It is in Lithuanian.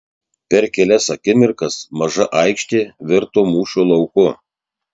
per kelias akimirkas maža aikštė virto mūšio lauku